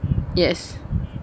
yes